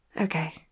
Okay